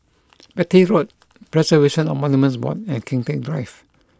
Beatty Road Preservation of Monuments Board and Kian Teck Drive